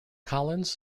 collins